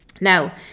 Now